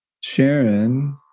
Sharon